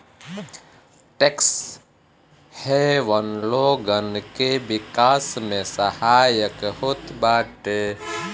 tax haven लोगन के विकास में सहायक होत बाटे